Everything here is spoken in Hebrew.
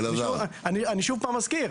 אני שוב פעם מזכיר.